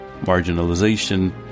marginalization